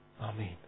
Amen